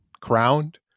crowned